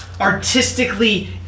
artistically